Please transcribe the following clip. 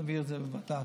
נעביר את זה לוועדה.